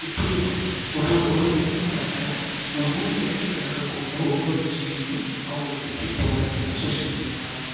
எப்படி எப்படி ஒரு ஒரு ஒரு ஒரு இடத்துல நடக்கிற ஒவ்வொரு இடத்துல நடக்கக்கூடிய ஒவ்வொரு செய்தியும் அவங்களுக்கு எப்படி போகுது அப்படின்னா சோஷியல் மீடியாவாலே